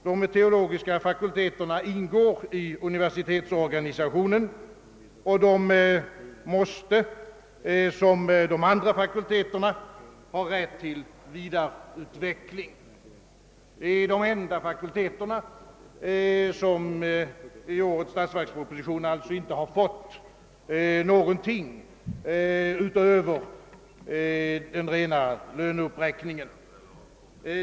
De teologiska fakulteterna ingår i universitetsorganisationen, och de måste liksom de andra fakulteterna ha rätt till vidare-' utveckling. Det är de enda fakulteter, som i årets statsverksproposition inte fått någonting utöver den rena löneuppräkningen.